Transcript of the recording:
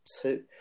two